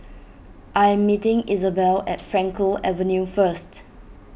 I am meeting Izabelle at Frankel Avenue first